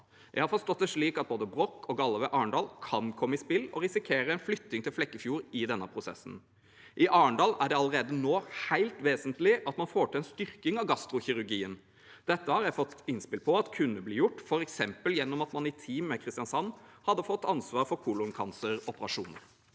Jeg har forstått det slik at både brokk og galle ved Arendal kan komme i spill og risikere flytting til Flekkefjord i denne prosessen. I Arendal er det allerede nå helt vesentlig at man får til en styrking av gastrokirurgien. Dette har jeg fått innspill om at kunne bli gjort f.eks. gjennom at man i team med Kristiansand hadde fått ansvar for koloncancer-operasjoner.